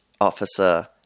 officer